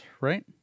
right